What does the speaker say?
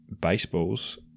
baseballs